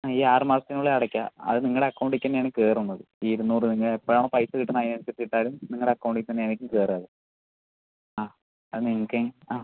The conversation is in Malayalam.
ഈ ആറ് മാസത്തിനുള്ളിൽ അടക്കാം അത് നിങ്ങളുടെ അക്കൗണ്ടിലേക്ക് തന്നെയാണ് കയറുന്നത് ഈ ഇരുന്നൂറ് നിങ്ങൾക്ക് എപ്പോഴാണോ പൈസ കിട്ടുന്നത് അതിന് അനുസരിച്ച് ഇട്ടാലും നിങ്ങളുടെ അക്കൗണ്ട് തന്നെ ആയിരിക്കും കയറുക അത് ആ അത് നിങ്ങൾക്ക് ആ